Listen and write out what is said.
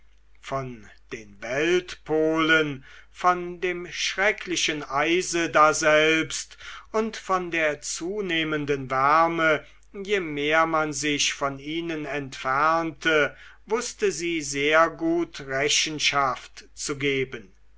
von den weltpolen von dem schrecklichen eise daselbst und von der zunehmenden wärme je mehr man sich von ihnen entfernte wußte sie sehr gut rechenschaft zu geben